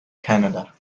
canada